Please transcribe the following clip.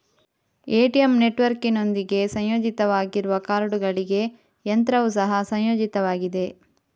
ATM ನೆಟ್ವರ್ಕಿನೊಂದಿಗೆ ಸಂಯೋಜಿತವಾಗಿರುವ ಕಾರ್ಡುಗಳಿಗೆ ಯಂತ್ರವು ಸಹ ಸಂಯೋಜಿತವಾಗಿದೆ